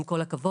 עם כל הכבוד.